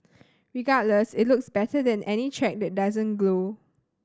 regardless it looks better than any track that doesn't glow